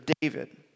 David